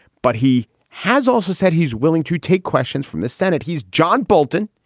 but he has also said he's willing to take questions from the senate. he's john bolton.